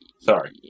Sorry